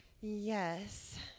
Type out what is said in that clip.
Yes